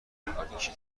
مکانیکی